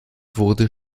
wurde